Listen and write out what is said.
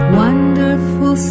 wonderful